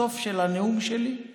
הסוף של הנאום שלי הוא